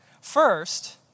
First